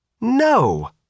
No